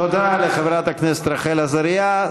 תודה לחברת הכנסת רחל עזריה.